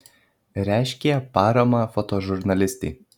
reiškė paramą fotožurnalistei